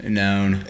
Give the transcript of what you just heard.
known